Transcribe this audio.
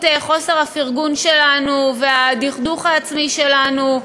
חוסר הפרגון שלנו והדכדוך העצמי שלנו,